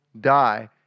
die